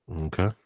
Okay